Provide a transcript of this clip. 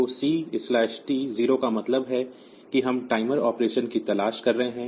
तो C T 0 का मतलब है कि हम टाइमर ऑपरेशन की तलाश कर रहे हैं